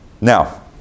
Now